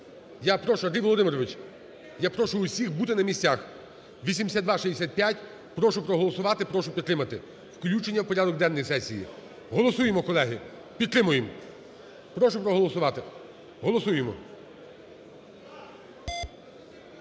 Я прошу, Андрій Володимирович, я прошу усіх бути на місцях, 8265 прошу проголосувати, прошу підтримати включення в порядок денний сесії. Голосуємо, колеги, підтримуємо, прошу проголосувати, голосуємо.